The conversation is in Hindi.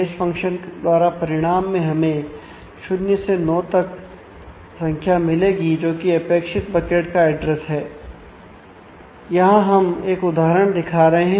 यहां हम एक उदाहरण दिखा रहे हैं